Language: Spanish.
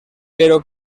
pero